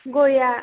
गयआ